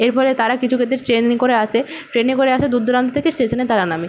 এর ফলে তারা কিছু ক্ষেত্রে ট্রেন করে আসে ট্রেনে করে আসে দূর দূরান্ত থেকে স্টেশনে তারা নামে